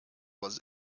was